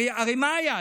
הרי מה היה?